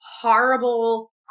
horrible